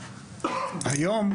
היום,